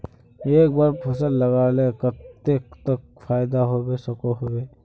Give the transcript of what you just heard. एक बार फसल लगाले कतेक तक फायदा होबे सकोहो होबे?